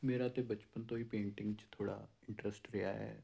ਮੇਰਾ ਤਾਂ ਬਚਪਨ ਤੋਂ ਹੀ ਪੇਂਟਿੰਗ 'ਚ ਥੋੜ੍ਹਾ ਇੰਟਰਸਟ ਰਿਹਾ ਹੈ